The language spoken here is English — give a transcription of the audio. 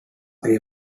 able